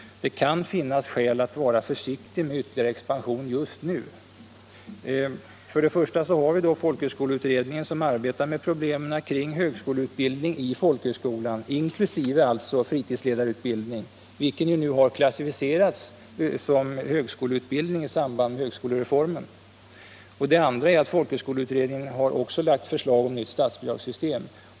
Det kan finnas skäl att vara försiktig med ytterligare expansion just nu. För det första arbetar folkhögskoleutredningen med problemen kring högskoleutbildningen i folkhögskolan; inkl. fritidsledarutbildningen, vilken nu klassificerats som högskoleutbildning i samband med högskolereformen. För det andra har folkhögskoleutredningen lagt fram förslag om ett nytt statsbidragssystem.